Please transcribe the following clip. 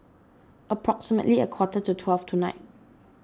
approximately a quarter to twelve tonight